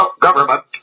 government